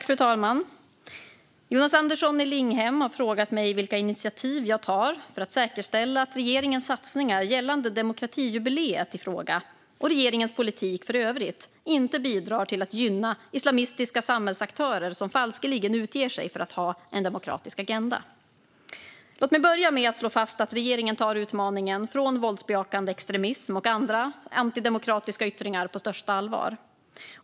Fru talman! har frågat mig vilka initiativ jag tar för att säkerställa att regeringens satsningar gällande demokratijubileet i fråga och regeringens politik i övrigt inte bidrar till att gynna islamistiska samhällsaktörer som falskeligen utger sig för att ha en demokratisk agenda. Låt mig börja med att slå fast att regeringen tar utmaningen från våldsbejakande extremism och andra antidemokratiska yttringar på största allvar.